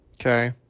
okay